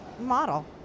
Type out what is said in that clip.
model